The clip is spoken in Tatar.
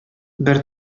бер